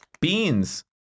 Beans